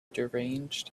deranged